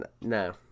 no